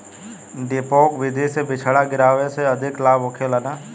डेपोक विधि से बिचड़ा गिरावे से अधिक लाभ होखे की न?